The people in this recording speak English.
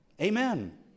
Amen